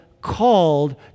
called